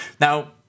Now